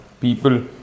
people